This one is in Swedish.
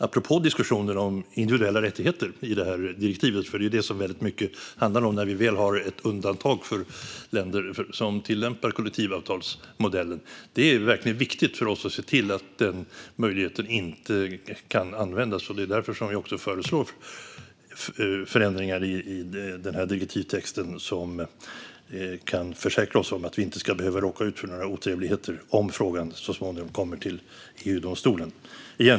Apropå diskussioner om individuella rättigheter i direktivet är det väldigt mycket vad det handlar om, när vi väl har ett undantag för länder som tillämpar kollektivavtalsmodellen. Det är väldigt viktigt för oss att se till att den möjligheten inte kan användas. Det är därför som vi också föreslår förändringar i direktivtexten som kan försäkra oss om att vi inte ska behöva råka ut för några otrevligheter om frågan så småningom kommer till EU-domstolen.